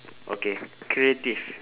okay creative